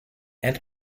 and